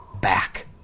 back